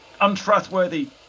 untrustworthy